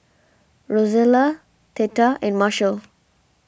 Rozella theta and Marshall